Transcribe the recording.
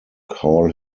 call